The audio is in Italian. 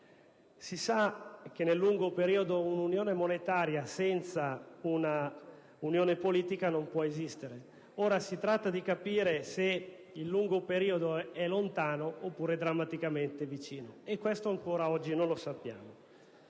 Si sa che, nel lungo periodo, un'unione monetaria senza un'unione politica non può esistere: ora si tratta di capire se il lungo periodo è lontano, oppure drammaticamente vicino, e questo ancora oggi non lo sappiamo.